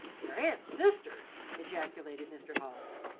your aunt's sisters! ejaculated mr. hobbs.